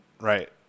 Right